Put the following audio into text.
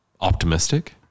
optimistic